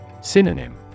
Synonym